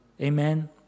Amen